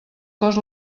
cos